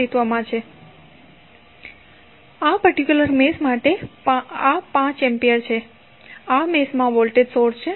તેથી આ particular mesh માટે આ 5 એમ્પીયર છે આ મેશમાં વોલ્ટેજ સોર્સ છે